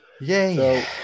Yay